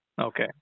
Okay